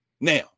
Now